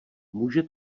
může